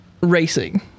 racing